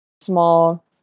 small